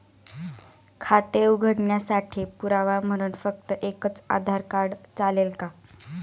खाते उघडण्यासाठी पुरावा म्हणून फक्त एकच आधार कार्ड चालेल का?